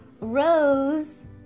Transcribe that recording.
Rose